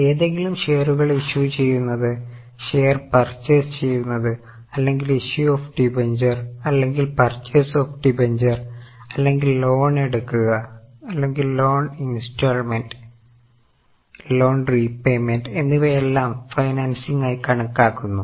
ഏതെങ്കിലും ഷെയറുകൾ ഇഷ്യൂ ചെയ്യുന്നത് ഷെയർ പർചെയ്സ് ചെയ്യുന്നത് അല്ലെങ്കിൽ ഇഷ്യൂ ഓഫ് ഡിബെഞ്ചർ അല്ലെങ്കിൽ പർചെയ്സ് ഓഫ് ഡിബെഞ്ചർ അല്ലെങ്കിൽ ലോൺ എടുക്കുക അല്ലെങ്കിൽ ലോൺ ഇൻസ്റ്റാൾമെന്റ് ലോൺ റീപെയ്മെന്റ് എന്നിവയെല്ലാം ഫൈനൻസിങ് ആയി കണക്കാക്കുന്നു